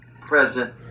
present